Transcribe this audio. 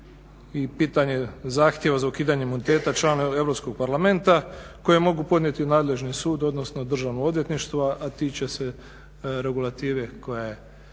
i pitanje zahtjeva za ukidanjem imuniteta članova Europskog parlamenta koji mogu podnijeti nadležni sud, odnosno Državno odvjetništvo, a tiče se regulative koja